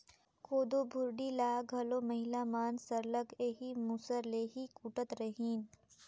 कोदो भुरडी ल घलो महिला मन सरलग एही मूसर ले ही कूटत रहिन